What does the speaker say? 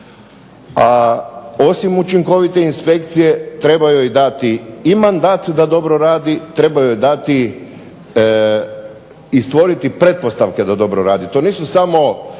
a osim učinkovite inspekcije treba joj dati mandat da dobro radi i treba stvoriti pretpostavke da dobro radi. To nisu samo